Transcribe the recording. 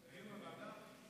דיון בוועדה.